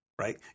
right